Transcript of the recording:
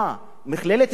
מכללת צפת,